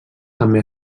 també